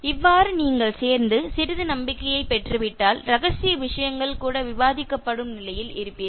இவ்வாறு நீங்கள் சேர்ந்து சிறிது நம்பிக்கையைப் பெற்று விட்டால் ரகசிய விஷயங்கள் கூட விவாதிக்கப்படும் நிலையில் இருப்பீர்கள்